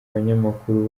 abanyamakuru